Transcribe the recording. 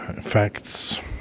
facts